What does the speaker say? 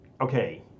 Okay